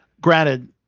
Granted